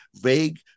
vague